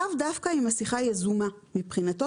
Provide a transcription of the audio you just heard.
לאו דווקא אם השיחה יזומה מבחינתו.